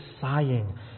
sighing